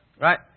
right